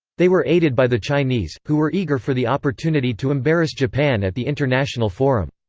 they were aided by the chinese, who were eager for the opportunity to embarrass japan at the international forum.